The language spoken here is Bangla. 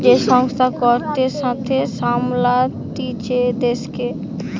যে সংস্থা কর্তৃত্বের সাথে সামলাতিছে দেশকে